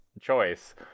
choice